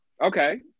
Okay